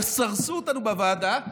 יסרסו אותנו בוועדה,